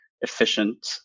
efficient